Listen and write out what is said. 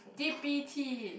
t_p Tea